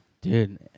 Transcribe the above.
Dude